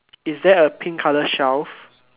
is there a pink color shelf